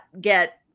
get